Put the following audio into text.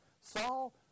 Saul